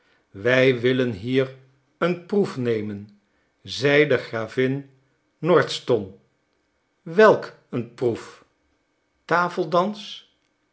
wij willen hier een proef nemen zeide gravin nordston welk een proef